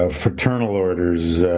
ah fraternal orders,